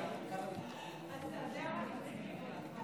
בבקשה.